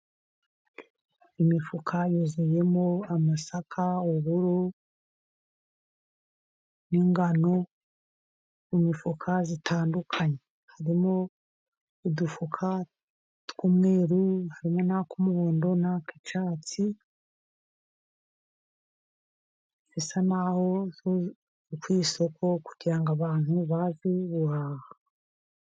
Imifuka yuzuyemo amasaka, ubururu n'ingano mu mifuka itandukanye , harimo udufuka tw'umweru hamwe nak'umuhondo nak'cyatsi, bisa naho ari ku isoko kugira ngo abantu baze guhaha.